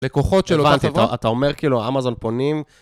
לקוחות של אותן חברות, אתה אומר, כאילו, האמזון פונים.